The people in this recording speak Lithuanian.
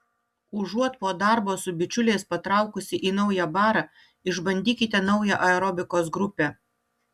užuot po darbo su bičiuliais patraukusi į naują barą išbandykite naują aerobikos grupę